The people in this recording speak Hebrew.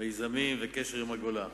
מיזמים וקשר עם הגולה.